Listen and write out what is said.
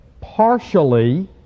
partially